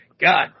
God